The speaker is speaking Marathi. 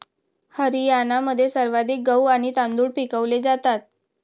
हरियाणामध्ये सर्वाधिक गहू आणि तांदूळ पिकवले जातात